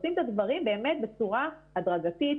עושים את הדברים באמת בצורה הדרגתית,